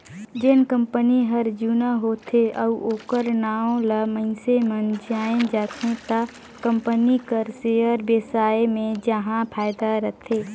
जेन कंपनी हर जुना होथे अउ ओखर नांव ल मइनसे मन जाएन जाथे त कंपनी कर सेयर बेसाए मे जाहा फायदा रथे